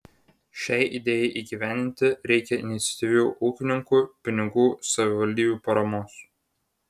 šiai idėjai įgyvendinti reikia iniciatyvių ūkininkų pinigų savivaldybių paramos